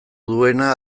duena